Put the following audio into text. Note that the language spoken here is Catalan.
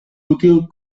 útil